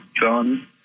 John